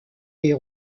des